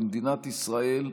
במדינת ישראל,